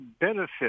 benefit